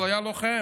אבל היה לוחם.